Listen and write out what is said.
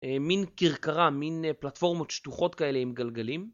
מין כרכרה, מין פלטפורמות שטוחות כאלה עם גלגלים